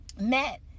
met